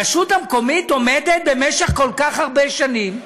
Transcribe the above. הרשות המקומית עומדת במשך כל כך הרבה שנים,